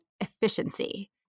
efficiency